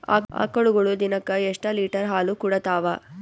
ಆಕಳುಗೊಳು ದಿನಕ್ಕ ಎಷ್ಟ ಲೀಟರ್ ಹಾಲ ಕುಡತಾವ?